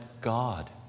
God